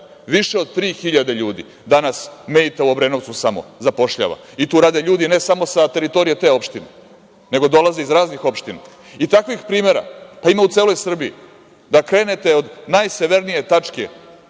Više od 3.000 ljudi danas „Meita“ u Obrenovcu samo zapošljava i tu rade ljudi ne samo sa teritorije te opštine, nego dolaze iz raznih opština. Takvih primera ima u celoj Srbiji, da krenete od najsevernije tačke,